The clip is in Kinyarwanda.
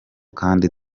kandi